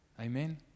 Amen